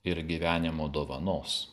ir gyvenimo dovanos